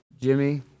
Jimmy